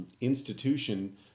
institution